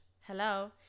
Hello